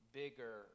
bigger